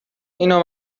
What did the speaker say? اینو